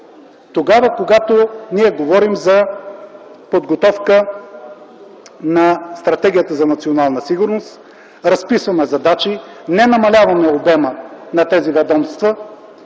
решения, когато говорим за подготовка на Стратегията за национална сигурност, разписваме задачи, не намаляваме обема на задачите,